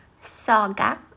Saga